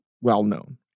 well-known